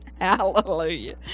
Hallelujah